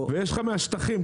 יש לך מהשטחים.